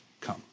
come